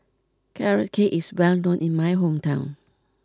Carrot Cake is well known in my hometown